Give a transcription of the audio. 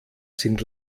sind